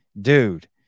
Dude